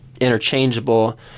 interchangeable